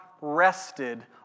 rested